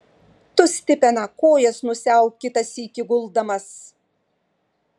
tu stipena kojas nusiauk kitą sykį guldamas